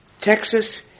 Texas